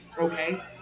okay